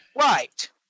Right